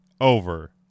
over